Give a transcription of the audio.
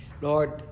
Lord